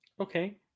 Okay